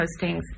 postings